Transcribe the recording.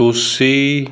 ਤੁਸੀਂ